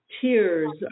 tears